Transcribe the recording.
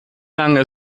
lange